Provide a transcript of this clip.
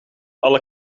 alle